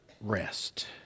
rest